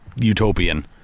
utopian